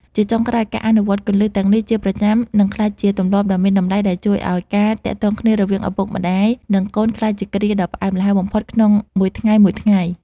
ជាចុងក្រោយ ការអនុវត្តគន្លឹះទាំងនេះជាប្រចាំនឹងក្លាយជាទម្លាប់ដ៏មានតម្លៃ ដែលជួយឱ្យការទាក់ទងគ្នារវាងឪពុកម្ដាយ និងកូនក្លាយជាគ្រាដ៏ផ្អែមល្ហែមបំផុតក្នុងមួយថ្ងៃៗ។